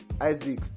Isaac